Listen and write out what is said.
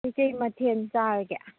ꯀꯩꯀꯩ ꯃꯊꯦꯜ ꯆꯥꯔꯒꯦ